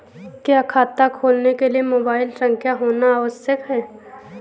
क्या खाता खोलने के लिए मोबाइल संख्या होना आवश्यक है?